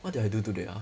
what did I do today ah